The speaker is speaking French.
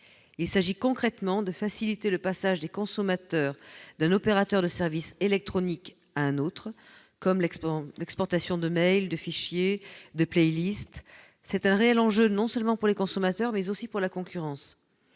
Il s'agit, concrètement, de faciliter le passage des consommateurs d'un opérateur de services électroniques à un autre, à savoir l'exportation de mails, de fichiers, de. Il s'agit d'un réel enjeu non seulement pour les consommateurs, mais aussi pour la concurrence.